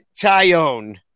tyone